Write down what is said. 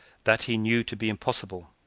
that he knew to be impossible.